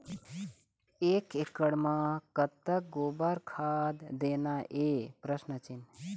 एक एकड़ म कतक गोबर खाद देना ये?